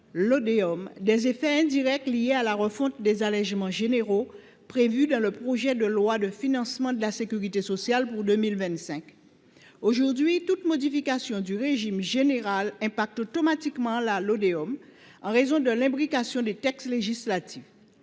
Lodéom, des effets indirects de la refonte des allégements généraux prévue dans le projet de loi de financement de la sécurité sociale pour 2025. Aujourd’hui, toute modification du régime général impacte automatiquement la Lodéom en raison de l’imbrication des textes législatifs.